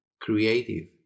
creative